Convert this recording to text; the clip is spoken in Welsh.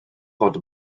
ddod